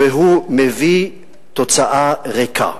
והוא מביא תוצאה ריקה,